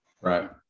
Right